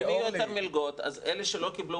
אם יהיו יותר מלגות אז אלה שלא קיבלו